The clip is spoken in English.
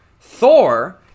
Thor